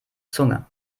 zunge